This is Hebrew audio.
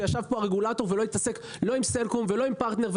שהרגולטור לא התעסק לא עם סלקום ולא עם פרטנר,